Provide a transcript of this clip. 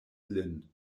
lin